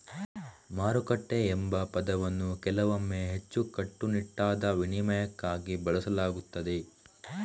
ಮಾರುಕಟ್ಟೆ ಎಂಬ ಪದವನ್ನು ಕೆಲವೊಮ್ಮೆ ಹೆಚ್ಚು ಕಟ್ಟುನಿಟ್ಟಾದ ವಿನಿಮಯಕ್ಕಾಗಿ ಬಳಸಲಾಗುತ್ತದೆ